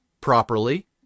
properly